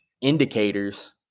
indicators